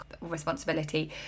responsibility